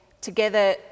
together